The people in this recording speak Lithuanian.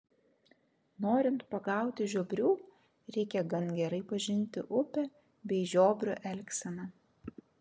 norint pagauti žiobrių reikia gan gerai pažinti upę bei žiobrio elgseną